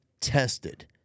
tested